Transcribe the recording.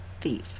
Thief